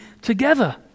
together